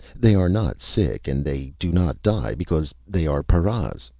they are not sick and they do not die because they are paras.